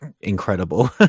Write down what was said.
incredible